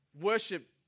worship